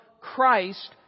Christ